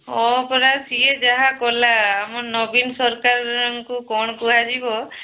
ହଁ ପରା ସିଏ ଯାହା କଲା ଆମ ନବୀନ ସରକାରଙ୍କୁ କ'ଣ କୁହାଯିବ